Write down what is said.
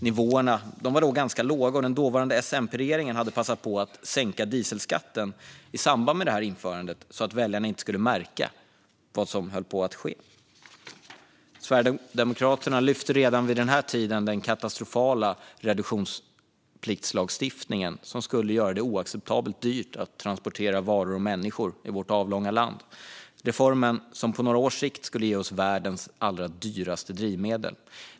Nivåerna var då låga, och den dåvarande S-MP-regeringen hade passat på att sänka dieselskatten i samband med införandet så att väljarna inte skulle märka vad som höll på att ske. Sverigedemokraterna lyfte redan vid den här tiden upp den katastrofala reduktionspliktslagstiftningen som skulle göra det oacceptabelt dyrt att transportera varor och människor i vårt avlånga land. Det var reformen som på några års sikt skulle ge oss världens allra dyraste drivmedel.